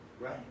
Right